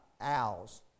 owls